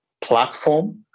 platform